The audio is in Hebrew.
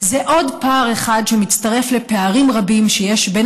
זה עוד פער אחד שמצטרף לפערים רבים שיש בין